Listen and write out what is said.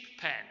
pen